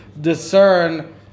discern